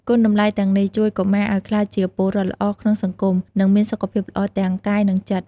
គុណតម្លៃទាំងនេះជួយកុមារឲ្យក្លាយជាពលរដ្ឋល្អក្នុងសង្គម និងមានសុខភាពល្អទាំងកាយ និងចិត្ត។